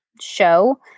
show